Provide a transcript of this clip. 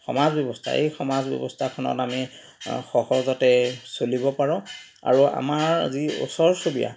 সমাজব্য়ৱস্থা এই সমাজব্য়ৱস্থাখনত আমি সহজতে চলিব পাৰো আৰু আমাৰ যি ওচৰ চুবুৰীয়া